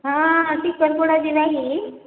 ହଁ ଟିକରପଡ଼ା ଯିବା କି